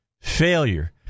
failure